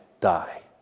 die